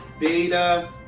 Beta